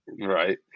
Right